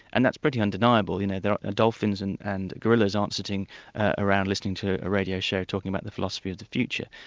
and that's pretty undeniable, you know the dolphins and and gorillas aren't sitting around listening to a radio show talking about the philosophy of the future.